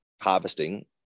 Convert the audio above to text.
harvesting